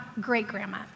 great-grandma